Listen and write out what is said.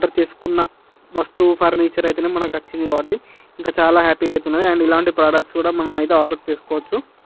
order చేసుకున్న వస్తువు furniture అయితేనే మనకు వచ్చింది కాబట్టి ఇంక చాలా హ్యాపీ అయితే ఉన్నది అండ్ ఇలాంటి ప్రోడక్ట్స్ కూడా మనం అయితే ఆర్డర్ చేసుకోవచ్చు